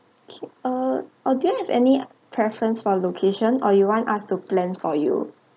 okay err err do you have any preference for location or you want us to plan for you